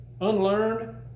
unlearned